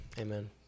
Amen